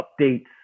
updates